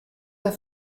der